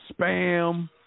spam